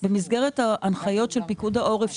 במסגרת ההנחיות של פיקוד העורף,